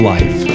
Life